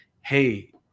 Hey